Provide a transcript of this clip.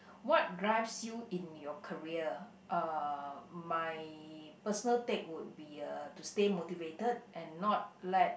what drives you in your career uh my personal take would be uh to stay motivated and not let